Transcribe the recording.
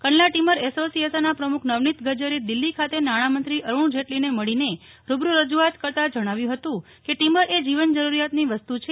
Kandla timber એસોસીએશનના પ્રમુખ નવનીત ગજ્જરે દિલ્હી ખાતે નાણામંત્રી અરુણ જેટલીને મળીને રૂબરૂ રજૂઆત કરતાં જણાવ્યું હતું કે ટિમ્બર એ જીવન જરૂરિયાતની વસ્તુ છે